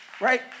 Right